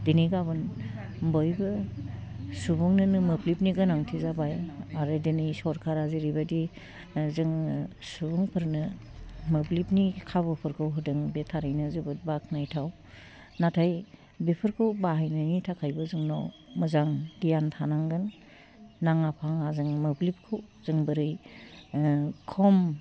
दिनै गाबोन बयबो सुबुंनोनो मोब्लिबनि गोनांथि जाबाय आरो दोनै सरकारा जेरैबादि जोंनो सुबुंफोरनो मोब्लिबनि खाबुफोरखौ होदों बे थारैनो जोबोद बाक्नायथाव नाथाय बेफोरखौ बाहायनायनि थाखायबो जोंनाव मोजां गियान थानांगोन नाङा फाङा जों मोब्लिबखौ जों बोरै खम